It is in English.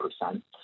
percent